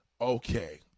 Okay